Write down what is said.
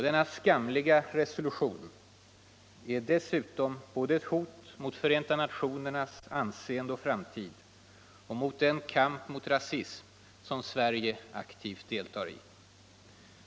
Denna skamliga resolution är dessutom ett hot både mot Förenta nationernas anseende och framtid och mot den kamp mot rasism som Sverige aktivt deltar i.